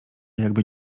jakby